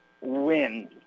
win